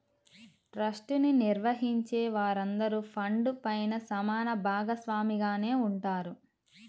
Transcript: trust ని నిర్వహించే వారందరూ ఫండ్ పైన సమాన భాగస్వామిగానే ఉంటారు